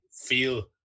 feel